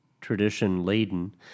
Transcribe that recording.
tradition-laden